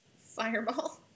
Fireball